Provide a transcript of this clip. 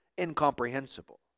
incomprehensible